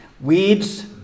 Weeds